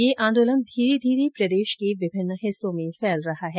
यह आंदोलन धीरे धीरे प्रदेश के विभिन्न हिस्सों मे फैल रहा है